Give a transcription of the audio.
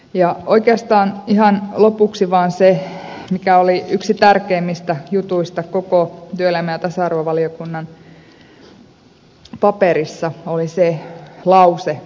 ihan lopuksi se lause mikä oli yksi tärkeimmistä jutuista koko työelämä ja tasa arvovaliokunnan paperissa